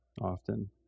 often